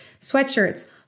sweatshirts